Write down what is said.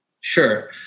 Sure